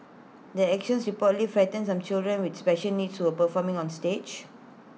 their actions reportedly frightened some children with special needs who were performing on stage